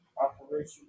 Operation